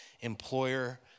employer